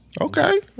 Okay